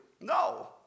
No